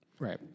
Right